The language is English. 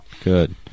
good